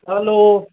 hello